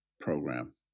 program